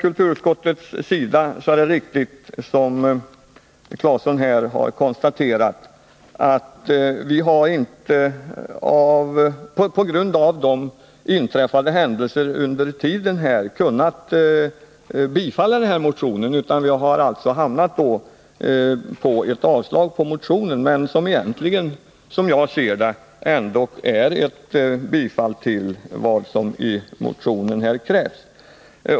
Det är riktigt, som Tore Claeson här konstaterade, att vi från kulturutskottets sida på grund av de händelser som inträffat inte har kunnat tillstyrka motionen, utan vi har hamnat på ett yrkande om avslag på motionen.